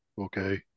Okay